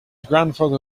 grandfather